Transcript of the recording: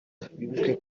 bibuke